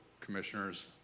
commissioners